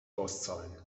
auszahlen